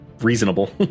Reasonable